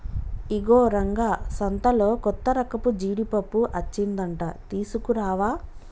ఇగో రంగా సంతలో కొత్తరకపు జీడిపప్పు అచ్చిందంట తీసుకురావా